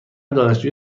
دانشجوی